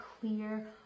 clear